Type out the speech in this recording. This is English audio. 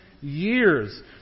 years